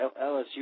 LSU